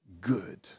good